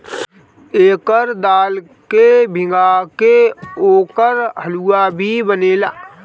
एकर दाल के भीगा के ओकर हलुआ भी बनेला